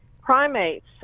primates